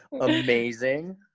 Amazing